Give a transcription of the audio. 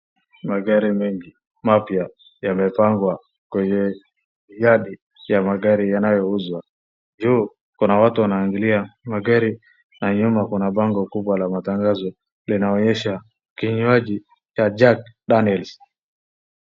Magari mengi mapya yamepangwa kwenye yadi ya magari yanayouzwa. Juu kuna watu wanaangalia magari na nyuma kuna bango kubwa la matangazo linaonyesha kinywaji cha Jack Daniel's.